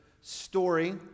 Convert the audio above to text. story